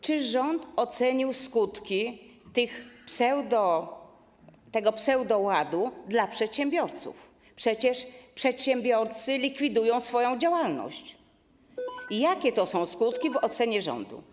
Czy rząd ocenił skutki tego pseudoładu dla przedsiębiorców - przecież przedsiębiorcy likwidują swoją działalność - i jakie to są skutki w ocenie rządu?